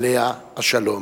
עליה השלום,